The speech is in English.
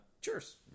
cheers